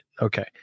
Okay